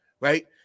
right